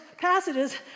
passages